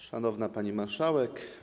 Szanowna Pani Marszałek!